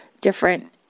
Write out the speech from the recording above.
different